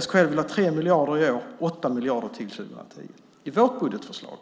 SKL vill ha 3 miljarder i år och 8 miljarder 2010. I vårt budgetförslag